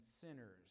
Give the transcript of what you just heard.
sinners